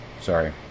Sorry